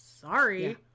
sorry